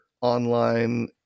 online